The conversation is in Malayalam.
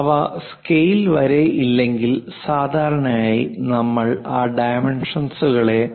അവ സ്കെയിൽ വരെ ഇല്ലെങ്കിൽ സാധാരണയായി നമ്മൾ ആ ഡൈമെൻഷൻസ്കളെ പ്രതിനിധീകരിക്കുന്നു